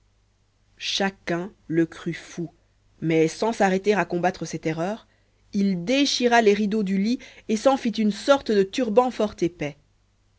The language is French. chacun le crut fou mais sans s'arrêter à combattre cette erreur il déchira les rideaux du lit et s'en fit une sorte de turban fort épais